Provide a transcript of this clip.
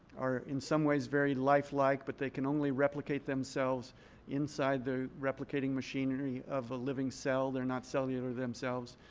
are in some ways very lifelike. but they can only replicate themselves inside the replicating machinery of a living cell. they're not cellular themselves.